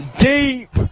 deep